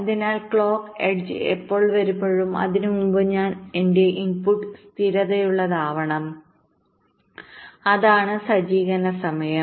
അതിനാൽ ക്ലോക്ക് എഡ്ജ്എപ്പോൾ വരുമ്പോഴും അതിനുമുമ്പ് ഞാൻ എന്റെ ഇൻപുട്ട് സ്ഥിരതയുള്ളതാക്കണം അതാണ് സജ്ജീകരണ സമയം